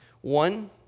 One